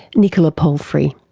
nicola palfrey.